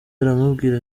aramubwira